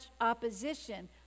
opposition